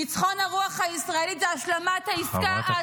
ניצחון הרוח הישראלית להשלמת העסקה עד סופה.